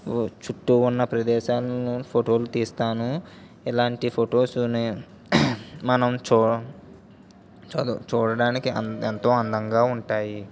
చుట్టూ ఉన్న ప్రదేశాలను నేను ఫోటోలు తీస్తాను ఇలాంటి ఫొటోస్ మనం చూడడానికి ఎంతో అందంగా ఉంటాయి